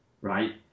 right